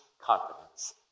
confidence